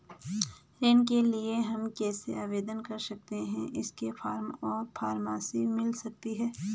ऋण के लिए हम कैसे आवेदन कर सकते हैं इसके फॉर्म और परामर्श मिल सकती है?